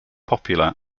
popular